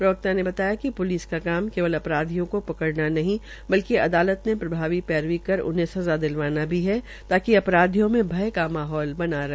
प्रवक्ता ने बताया कि प्लिस का काम केवल आरोपियों को पकड़ाना नहीं बल्कि अदालत में प्रभावी र्पेरवी कर उन्हें सज़ा दिलावना भी है ताकि अपराधियों में भय का माहौल रहे